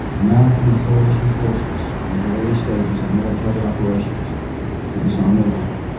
american and coalition forces are in the early stages of military operations to disarm iraq,